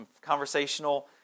conversational